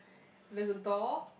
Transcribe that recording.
there's a door